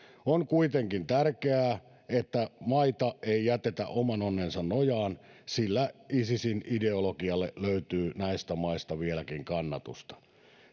on kuitenkin tärkeää että maita ei jätetä oman onnensa nojaan sillä isisin ideologialle löytyy näistä maista vieläkin kannatusta